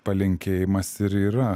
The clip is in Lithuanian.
palinkėjimas ir yra